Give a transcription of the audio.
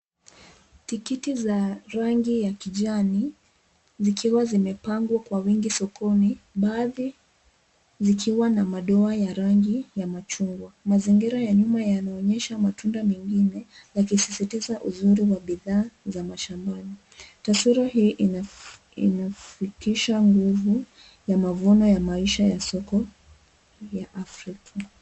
Tikiti za rangi za kijani, zikiwa zimepangwa kwa wingi sokoni, baadhi zikiwa na madoa ya rangi ya machungwa. Mazingira ya nyuma yanaonyesha matunda mengine yakisisitiza uzuri wa bidhaa za mashambani. Taswira hii inafikisha nguvu ya mavuno ya maisha ya soko ya afrika.